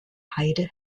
heide